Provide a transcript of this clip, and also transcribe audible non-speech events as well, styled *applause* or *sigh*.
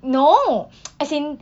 no *noise* as in